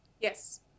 Yes